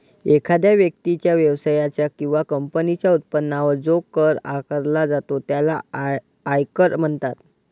एखाद्या व्यक्तीच्या, व्यवसायाच्या किंवा कंपनीच्या उत्पन्नावर जो कर आकारला जातो त्याला आयकर म्हणतात